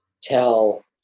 tell